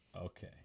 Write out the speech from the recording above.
Okay